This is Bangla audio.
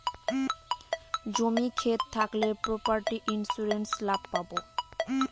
জমি ক্ষেত থাকলে প্রপার্টি ইন্সুরেন্স লাভ পাবো